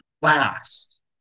blast